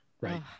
Right